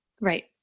Right